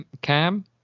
Cam